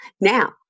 Now